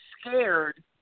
scared